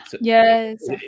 Yes